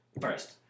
First